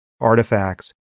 artifacts